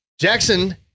Jackson